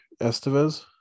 Estevez